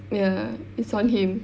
ya it's on him